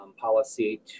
Policy